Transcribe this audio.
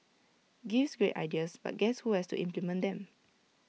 gives great ideas but guess who has to implement them